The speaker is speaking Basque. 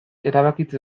erabakitze